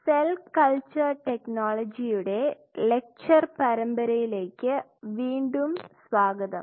cell culture technology യുടെ lecture പരമ്പരയിലേക്ക് വീണ്ടും സ്വാഗതം